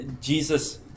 Jesus